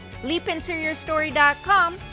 LeapIntoYourStory.com